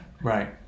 Right